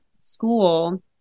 school